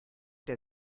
der